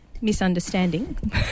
misunderstanding